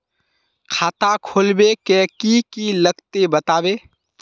खाता खोलवे के की की लगते बतावे?